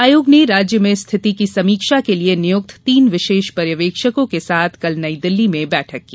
आयोग ने राज्य में स्थिति की समीक्षा के लिए नियुक्त तीन विशेष पर्यवेक्षकों के साथ कल नई दिल्ली में बैठक की